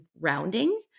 rounding